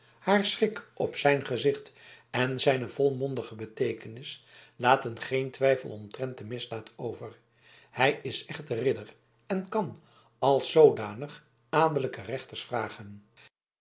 haar schrik op zijn gezicht en zijne volmondige bekentenis laten geen twijfel omtrent de misdaad over hij is echter ridder en kan als zoodanig adellijke rechters vragen